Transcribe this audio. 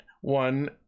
one